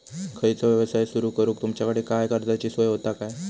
खयचो यवसाय सुरू करूक तुमच्याकडे काय कर्जाची सोय होता काय?